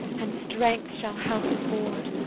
and strength shall help afford.